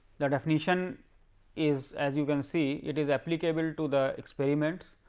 that definition is as you can see, it is applicable to the experiments,